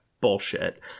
bullshit